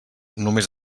només